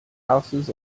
houses